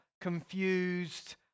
confused